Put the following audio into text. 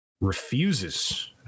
refuses